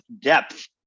depth